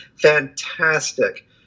fantastic